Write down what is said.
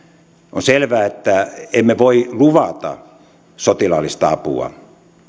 on selvää että emme voi luvata sotilaallista apua